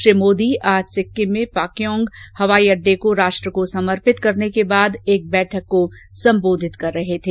श्री मोदी आज सिक्किम में पाक्योंग हवाई अड्डे को राष्ट्र को समर्पित करने के बाद एक बैठक को संबोधित कर रहे थे